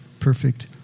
perfect